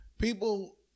People